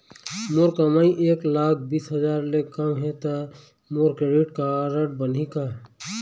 मोर कमाई एक लाख बीस हजार ले कम हे त मोर क्रेडिट कारड बनही का?